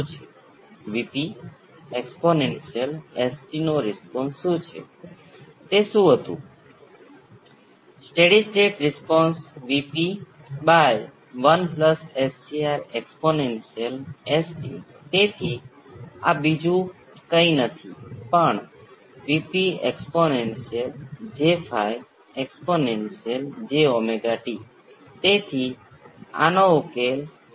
તેથી આ બંને વચ્ચે વાસ્તવિક તફાવત શું છે તેથી ફરીથી કહ્યું કે આ ના કરો ચાલો આના ક્વાલિટી ફેક્ટર માટેનું સૂત્ર યાદ રાખો અને કોઈપણ RLC સર્કિટમાં તેનો ઉપયોગ કરો દાખલા તરીકે આ કિસ્સામાં તમે ખોટા બનશો કારણ કે અહીં Q તે એકની બરાબર પારસ્પરિક છે